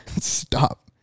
stop